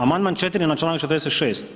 Amandman 4. na članak 46.